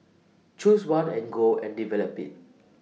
choose one and go and develop IT